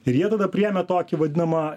ir jie tada priėmė tokį vadinamą